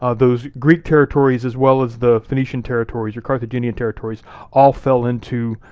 ah those greek territories, as well as the phoenician territories or carthaginian territories all fell into,